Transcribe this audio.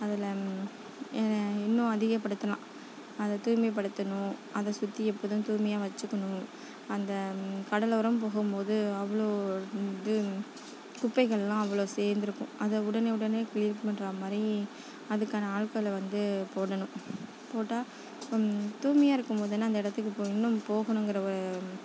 அதில் இன்னும் அதிக படுத்தலாம் அதை தூய்மை படுத்தணும் அதை சுற்றி எப்போதும் தூய்மையாக வச்சிக்கணும் அந்த கடலோரம் போகும்போது அவ்வளோ இது குப்பைகள்லாம் அவ்வளோ சேர்ந்துருக்கும் அதை உடனே உடனே க்ளீன் பண்ணுறமாரி அதுக்கான ஆட்களை வந்து போடணும் போட்டால் தூய்மையாக இருக்கும்போதான அந்த இடத்துக்கு இன்னும் போகணுங்கிற வ